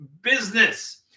business